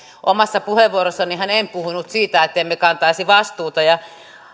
omassa puheenvuorossanihan en puhunut siitä että emme kantaisi vastuuta ja